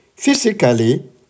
Physically